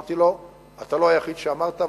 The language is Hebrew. אמרתי לו: אתה לא היחיד שאמרת,